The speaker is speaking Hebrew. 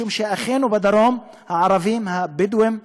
משום שאחינו הערבים הבדואים בדרום,